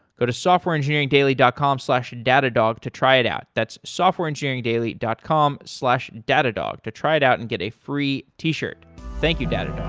go to softwareengineeringdaily dot com slash datadog to try it out. that's softwareengineeringdaily dot com slash datadog to try it out and get a free t-shirt. thank you, datadog.